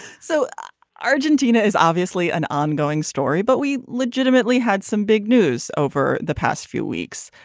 so argentina is obviously an ongoing story but we legitimately had some big news over the past few weeks.